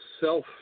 self